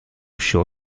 show